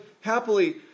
happily